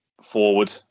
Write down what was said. forward